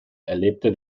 erlebte